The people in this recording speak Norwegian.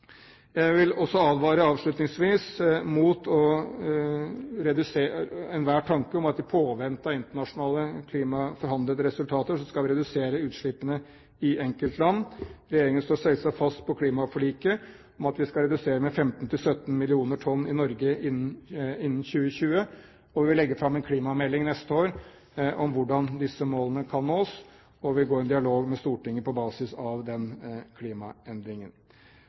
Jeg vil helt avslutningsvis også advare mot enhver tanke om at vi i påvente av internasjonale klimaforhandlede resultater skal redusere utslippene i enkeltland. Regjeringen står selvsagt fast på klimaforliket om at vi skal redusere med 15–17 mill. tonn i Norge innen 2020. Vi vil legge fram en klimamelding neste år om hvordan disse målene kan nås, og vil gå i dialog med Stortinget på basis av den